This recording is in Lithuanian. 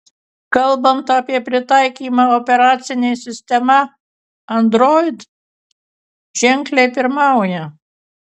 kalbant apie pritaikymą operacinė sistema android ženkliai pirmauja